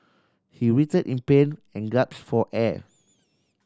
he writhed in pain and gaps for air